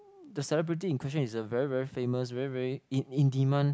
the celebrity in question was a very very famous very very in in demand